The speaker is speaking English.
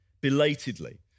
belatedly